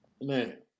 Man